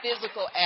Physical